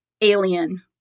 Alien